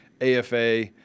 AFA